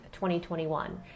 2021